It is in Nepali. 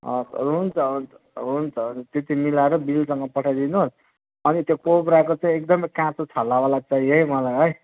हजुर हुन्छ हुन्छ हुन्छ हुन्छ त्यति मिलाएर बिलसँग पठाइदिनु होस् अनि त्यो कोब्राको चाहिँ एकदमै काँचो छालावाला चाहियो है मलाई है